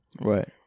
Right